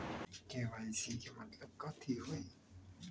KYC के मतलब कथी होई?